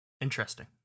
Interesting